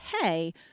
Hey